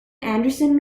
anderson